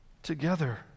together